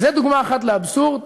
אז זו דוגמה אחת לאבסורד.